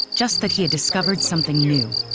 just that he had discovered something new.